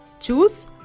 Choose